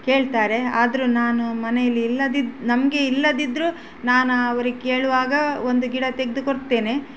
ಕೇಳ್ತಾರೆ ಆದರೂ ನಾನು ಮನೆಯಲ್ಲಿ ಇಲ್ಲದಿದ್ದ ನಮಗೆ ಇಲ್ಲದಿದ್ದರೂ ನಾನು ಅವ್ರಿಗೆ ಕೇಳುವಾಗ ಒಂದು ಗಿಡ ತೆಗ್ದು ಕೊಡ್ತೇನೆ